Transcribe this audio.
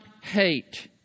hate